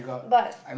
but